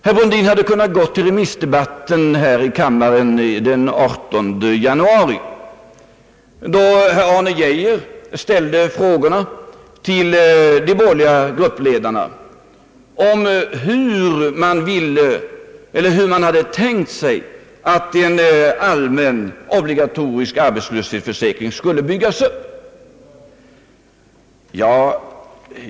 Han hade bara behövt gå till remissdebatten här i kammaren den 18 januari i år, då herr Arne Geijer ställde frå gor till de borgerliga gruppledarna om hur dessa hade tänkt sig att en allmän, obligatorisk arbetslöshetsförsäkring skulle byggas upp.